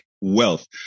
wealth